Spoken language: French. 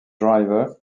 driver